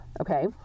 Okay